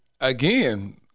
again